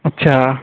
अच्छा